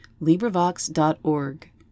LibriVox.org